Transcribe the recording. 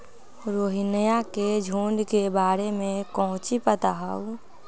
रोहिनया के झुंड के बारे में कौची पता हाउ?